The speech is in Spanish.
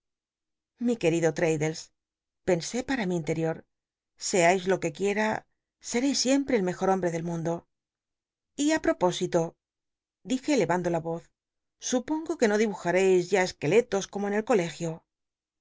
mi querido fraddles pensé para mi interior scais lo que se quiera screis siempre el mejor hom c del mundo y a propósito dije elevando la br voz supongo que no dibujareis ya esqueletos como en el colegio